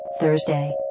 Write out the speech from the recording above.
Thursday